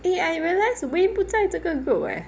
eh I realised wayne 不在这个 group eh